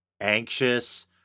anxious